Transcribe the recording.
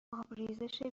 آبریزش